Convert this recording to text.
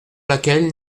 laquelle